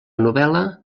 novel·la